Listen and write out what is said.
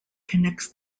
connects